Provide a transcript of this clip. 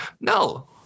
No